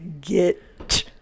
get